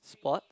sports